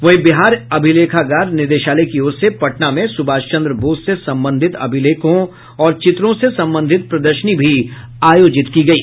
वहीं बिहार अभिलेखागार निदेशालय की ओर से पटना में सुभाष चन्द्र बोस से संबंधित अभिलेखों और चित्रों से संबंधित प्रदर्शनी भी आयोजित की गयी